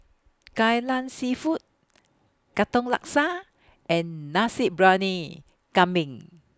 Kai Lan Seafood Katong Laksa and Nasi Briyani Kambing